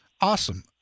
Awesome